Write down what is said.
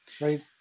right